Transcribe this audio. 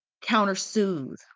counter-soothe